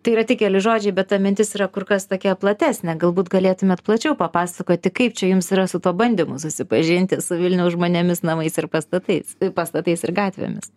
tai yra tik keli žodžiai bet ta mintis yra kur kas tokia platesnė galbūt galėtumėt plačiau papasakoti kaip čia jums yra su tuo bandymu susipažinti su vilniaus žmonėmis namais ir pastatais pastatais ir gatvėmis